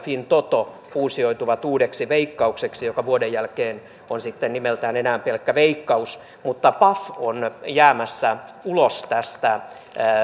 fintoto fuusioituvat uudeksi veikkaukseksi joka vuoden jälkeen on sitten nimeltään enää pelkkä veikkaus mutta paf on jäämässä ulos tästä